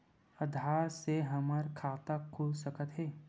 आधार से हमर खाता खुल सकत हे?